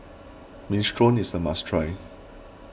Minestrone is a must try